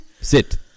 Sit